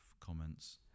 comments